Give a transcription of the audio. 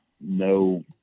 no